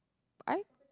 I